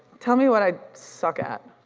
tell me what i suck at,